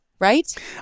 right